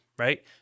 right